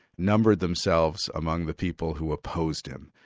numbered themselves among the people who opposed him.